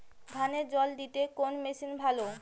ধানে জল দিতে কোন মেশিন ভালো?